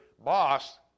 Boss